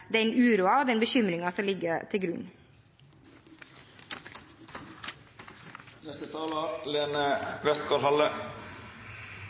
den uroen og den bekymringen som ligger til